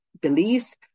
beliefs